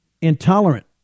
intolerant